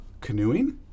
canoeing